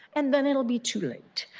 and then it will be too late.